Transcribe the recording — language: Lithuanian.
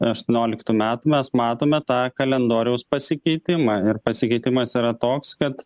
aštuonioliktų metų mes matome tą kalendoriaus pasikeitimą ir pasikeitimas yra toks kad